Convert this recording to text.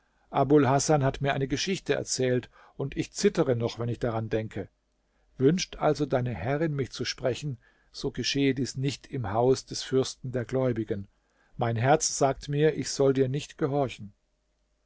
abul hasan hat mir eine geschichte erzählt und ich zittere noch wenn ich daran denke wünscht also deine herrin mich zu sprechen so geschehe dies nicht im haus des fürsten der gläubigen mein herz sagt mir ich soll dir nicht gehorchen